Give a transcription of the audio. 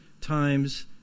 times